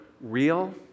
real